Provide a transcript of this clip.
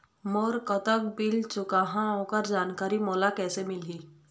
मोर कतक बिल चुकाहां ओकर जानकारी मोला कैसे मिलही?